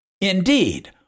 Indeed